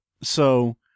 So-